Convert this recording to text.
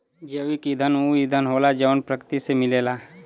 जैविक ईंधन ऊ ईंधन होला जवन प्रकृति से मिलेला